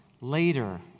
Later